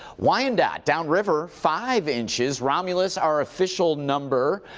wyandotte downriver five inches. romulus our official number,